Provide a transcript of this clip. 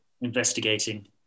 investigating